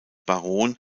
baron